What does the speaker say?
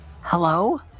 hello